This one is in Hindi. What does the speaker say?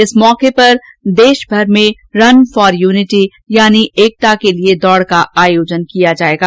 इस अवसर पर देशभर में रन फोर यूनिटी यानि एकता के लिये दौड का आयोजन किया जायेगा